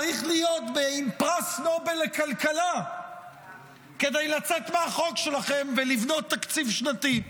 צריך להיות עם פרס נובל לכלכלה כדי לצאת מהחוק שלכם ולבנות תקציב שנתי.